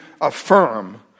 affirm